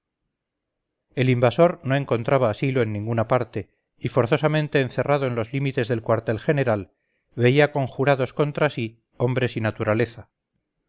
el invasor no encontraba asilo en ninguna parte y forzosamente encerrado en los límites del cuartel general veía conjurados contra sí hombres y naturaleza